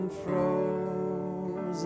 frozen